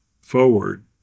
forward